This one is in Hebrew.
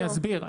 אני אסביר.